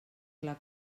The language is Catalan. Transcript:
clar